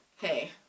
hey